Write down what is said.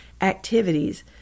activities